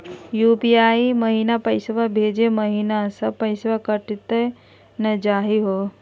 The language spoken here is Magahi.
यू.पी.आई महिना पैसवा भेजै महिना सब पैसवा कटी त नै जाही हो?